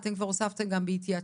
אתם כבר הוספתם גם בהתייעצות,